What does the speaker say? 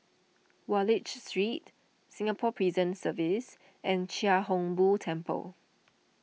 Wallich Street Singapore Prison Service and Chia Hung Boo Temple